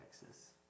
Texas